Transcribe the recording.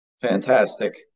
Fantastic